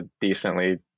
decently